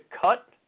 cut